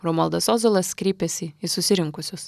romualdas ozolas kreipėsi į susirinkusius